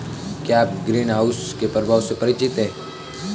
क्या आप ग्रीनहाउस के प्रभावों से परिचित हैं?